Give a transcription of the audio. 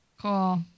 Cool